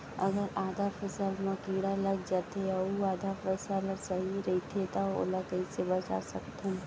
अगर आधा फसल म कीड़ा लग जाथे अऊ आधा फसल ह सही रइथे त ओला कइसे बचा सकथन?